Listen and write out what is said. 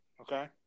Okay